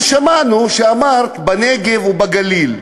אנחנו שמענו שאמרת: בנגב ובגליל.